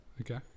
Okay